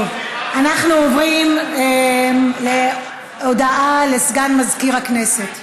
אנחנו עוברים להודעה לסגן מזכירת הכנסת.